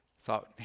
thought